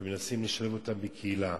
ומנסים לשלב אותם בקהילה.